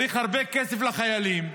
צריך הרבה כסף לחיילים,